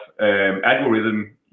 algorithm